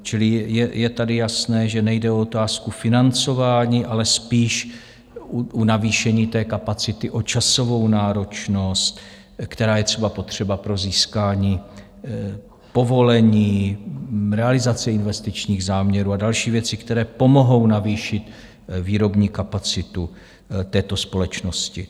Čili je tady jasné, že nejde o otázku financování, ale spíš u navýšení kapacity o časovou náročnost, která je třeba potřeba pro získání povolení, realizace investičních záměrů a další věci, které pomohou navýšit výrobní kapacitu této společnosti.